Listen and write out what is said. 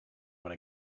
when